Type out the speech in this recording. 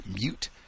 mute